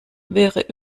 wäre